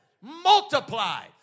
Multiply